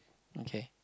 okay